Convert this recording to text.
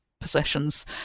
possessions